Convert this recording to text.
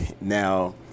Now